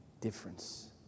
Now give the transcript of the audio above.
Difference